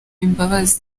imbabazi